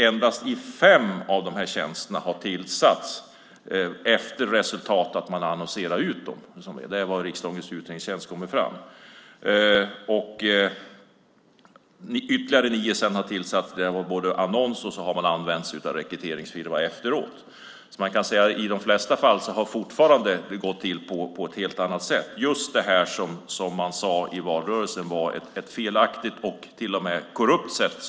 Endast 5 av dessa tjänster har tillsatts som resultat av att man annonserat ut dem. Det är vad riksdagens utredningstjänst har kommit fram till. Ytterligare 9 tjänster har tillsatts där man använt sig av annons och sedan rekryteringsfirma efteråt. Man kan säga att i de flesta fall har det fortfarande gått till på ett helt annat sätt, nämligen just på det sätt som man i valrörelsen sade var ett felaktigt och till och med korrupt sätt.